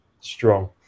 strong